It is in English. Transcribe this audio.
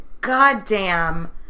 goddamn